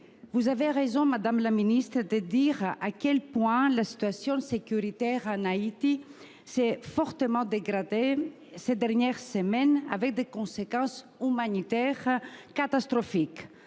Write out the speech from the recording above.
vous avez raison de souligner à quel point la situation sécuritaire en Haïti s’est fortement dégradée ces dernières semaines, avec des conséquences humanitaires catastrophiques.